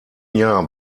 jahr